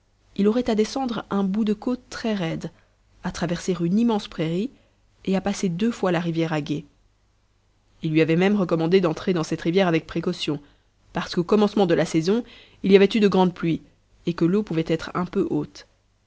il aurait à descendre un bout de côte très raide à traverser une immense prairie et à passer deux fois la rivière à gué il lui avait même recommandé d'entrer dans cette rivière avec précaution parce qu'au commencement de la saison il y avait eu de grandes pluies et que l'eau pouvait être un peu haute